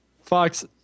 Fox